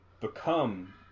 become